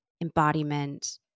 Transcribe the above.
embodiment